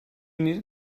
needed